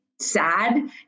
sad